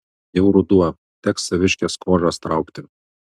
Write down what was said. jau ruduo teks saviškes kožas traukti